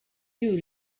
you